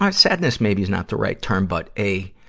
um sadness maybe is not the right term, but a,